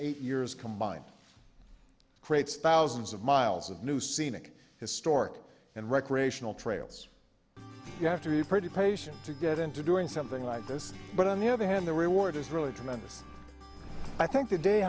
eight years combined creates thousands of miles of new scenic historic and recreational trails you have to be pretty patient to get into doing something like this but on the other hand the reward is really tremendous i think the day